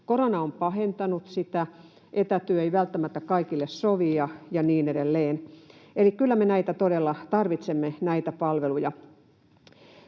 Korona on pahentanut sitä, etätyö ei välttämättä kaikille sovi ja niin edelleen. Eli kyllä me näitä palveluja todella tarvitsemme. Kun tätä sitten